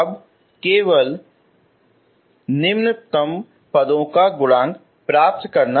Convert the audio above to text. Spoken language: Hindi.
अब केवल निम्नतम पदों का गुणांक प्राप्त करें